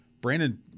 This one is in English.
Brandon